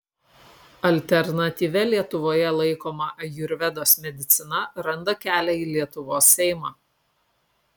alternatyvia lietuvoje laikoma ajurvedos medicina randa kelią į lietuvos seimą